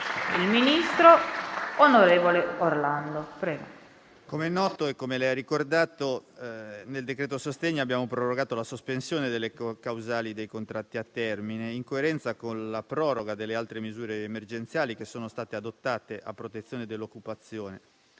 sociali*. Signor Presidente, come è noto e come è stato ricordato, nel decreto-legge sostegni abbiamo prorogato la sospensione delle causali dei contratti a termine, in coerenza con la proroga delle altre misure emergenziali che sono state adottate a protezione dell'occupazione,